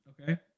Okay